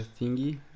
thingy